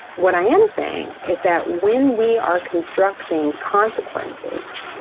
what i am saying is that when we are constructing consequences,